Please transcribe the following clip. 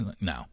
No